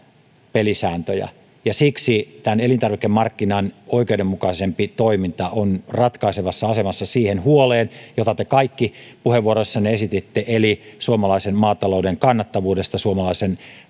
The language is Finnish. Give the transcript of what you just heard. pelisääntöjä siksi elintarvikemarkkinan oikeudenmukaisempi toiminta on ratkaisevassa asemassa siihen huoleen nähden jota te kaikki puheenvuoroissanne esititte eli suomalaisen maatalouden kannattavuuteen suomalaisen